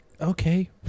Okay